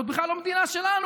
זאת בכלל לא מדינה שלנו.